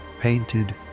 painted